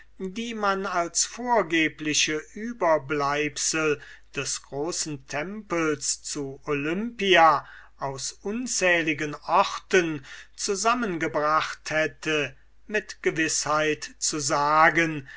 die man als vorgebliche überbleibsel des großen tempels zu olympia aus unzähligen orten zusammengebracht hätte mit gewißheit zu sagen